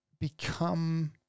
become